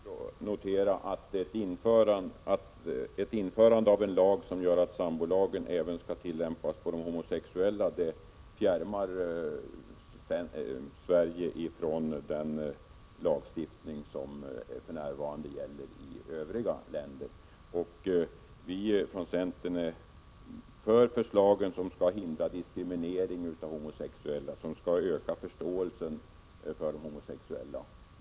Herr talman! Jag vill bara kortfattat notera att införandet av en lag, som gör att sambolagen skall tillämpas även på de homosexuella, fjärmar Sverige från den lagstiftning som för närvarande gäller i övriga länder. Vi från centern är för förslagen som skall hindra diskriminering av homosexuella och öka förståelsen för de homosexuella.